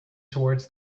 towards